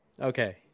Okay